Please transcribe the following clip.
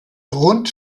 rund